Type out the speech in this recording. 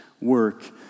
work